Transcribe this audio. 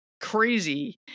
crazy